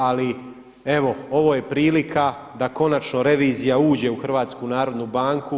Ali evo, ovo je prilika da konačno revizija uđe u HNB.